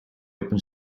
open